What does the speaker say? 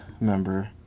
member